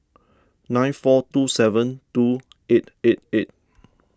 nine four two seven two eight eight eight